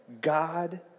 God